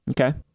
okay